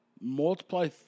multiply